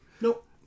Nope